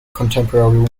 contemporary